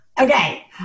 Okay